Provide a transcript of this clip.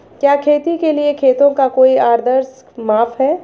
क्या खेती के लिए खेतों का कोई आदर्श माप है?